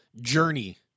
journey